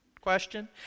Question